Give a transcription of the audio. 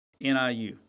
NIU